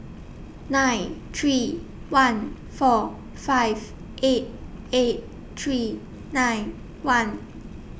nine three one four five eight eight three nine one